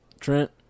Trent